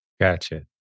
Gotcha